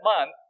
month